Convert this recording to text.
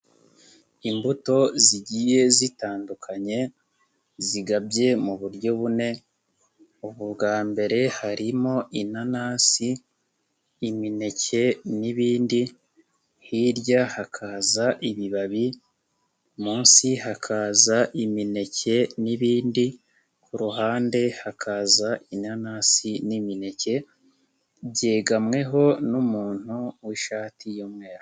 Imbuto zigiye zitandukanye, zigabye muburyo bune: ubwa mbere harimo inanasi, imineke n'ibindi, hirya hakaza ibibabi, munsi hakaza imineke n'ibindi, kuruhande hakaza inanasi n'imineke, byegamweho n'umuntu w'ishati y'umweru.